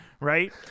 Right